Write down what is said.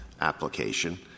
application